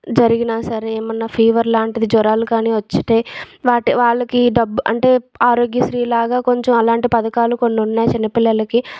జరిగినా సరే ఏమన్నా ఫీవర్ లాంటిది జ్వరాలు కానీ వచ్చితే వాళ్ళ వాళ్ళకి డబ్బు అంటే ఆరోగ్యశ్రీ లాగా కొంచెం అలాంటి పథకాలు కొన్ని ఉన్నాయి చిన్నపిల్లలకి